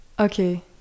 Okay